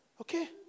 Okay